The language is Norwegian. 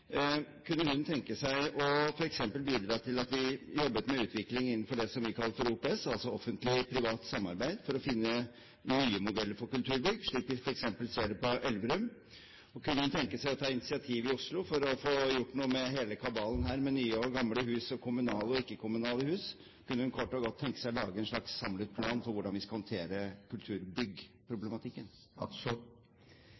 Kunne hun f.eks. tenke seg å bidra til at vi jobbet med utvikling innenfor det vi kaller OPS, altså Offentlig Privat Samarbeid, for å finne nye modeller for kulturbygg, slik vi f.eks. ser det på Elverum? Og kunne hun tenke seg å ta initiativ i Oslo for å få gjort noe med hele kabalen her med nye og gamle hus, med kommunale og ikke-kommunale hus? Kunne hun kort og godt tenke seg å lage en slags samlet plan for hvordan vi skal håndtere